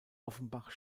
offenbach